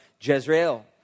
Jezreel